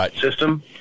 system